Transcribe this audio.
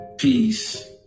Peace